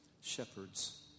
shepherds